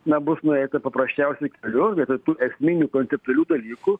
na bus nueita paprasčiausiu keliu vietoj tų esminių konceptualių dalykų